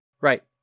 Right